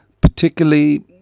particularly